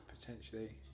Potentially